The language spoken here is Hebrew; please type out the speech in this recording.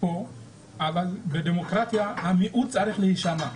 אבל בדמוקרטיה המיעוט צריך להישמע.